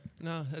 No